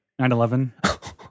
9-11